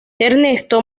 ernesto